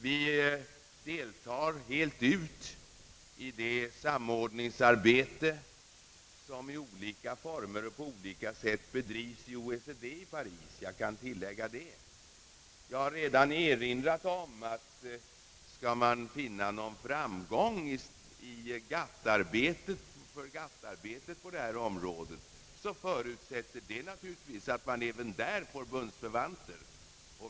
Vi deltar helt ut i det samordningsarbete som i olika former och på olika sätt bedrives i OECD i Paris — jag kan tillägga det. Jag har redan erinrat om att om man skall vinna någon framgång i GATT-arbetet på detta område förutsätter det naturligtvis att man även där får bundsförvanter.